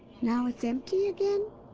now it's empty again?